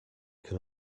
can